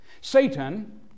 Satan